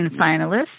finalists